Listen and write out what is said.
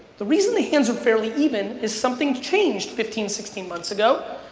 the reason the hands are fairly even is something changed fifteen, sixteen months ago.